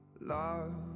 love